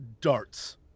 darts